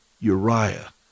Uriah